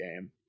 game